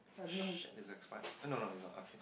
shit is expired no no it's not okay